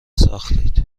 ساختید